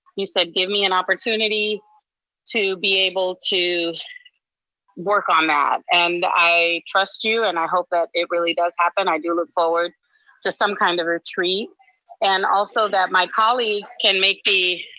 you said, give me an opportunity to be able to work on that. and i trust you and i hope that it really does happen. i do look forward to some kind of retreat and also that my colleagues can make the,